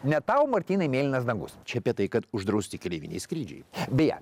ne tau martynai mėlynas dangus čia apie tai kad uždrausti keleiviniai skrydžiai beje